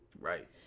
Right